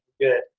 Good